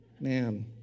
Man